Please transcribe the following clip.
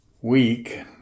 week